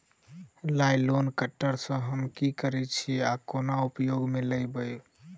Nylon cutter सँ हम की करै छीयै आ केना उपयोग म लाबबै?